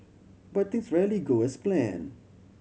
but things rarely go as planned